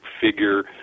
figure